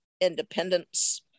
independence